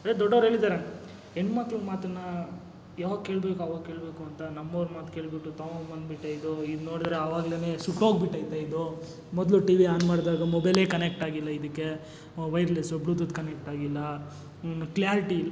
ಅದೇ ದೊಡ್ಡೋರು ಹೇಳಿದ್ದಾರೆ ಹೆಣ್ಮಕ್ಳ ಮಾತನ್ನು ಯಾವಾಗ ಕೇಳಬೇಕು ಆವಾಗ ಕೇಳಬೇಕು ಅಂತ ನಮ್ಮೋರ ಮಾತು ಕೇಳ್ಬಿಟ್ಟು ತೊಗೊಂಡ್ಬಂದ್ಬಿಟ್ಟೆ ಇದು ಈಗ ನೋಡಿದ್ರೆ ಆವಾಗ್ಲೇನೇ ಸುಟ್ಟೋಗ್ಬಿಟೈತೆ ಇದು ಮೊದಲು ಟಿವಿ ಆನ್ ಮಾಡಿದಾಗ ಮೊಬೈಲಿಗೆ ಕನೆಕ್ಟಾಗಿಲ್ಲ ಇದಕ್ಕೆ ವೈರ್ಲೆಸ್ಸು ಬ್ಲೂತೂತ್ ಕನೆಕ್ಟಾಗಿಲ್ಲ ಮತ್ತು ಕ್ಲಾರಿಟಿ